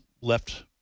left